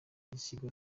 ry’ikigo